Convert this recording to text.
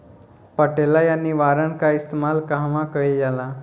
पटेला या निरावन का इस्तेमाल कहवा कइल जाला?